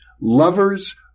Lovers